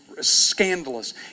scandalous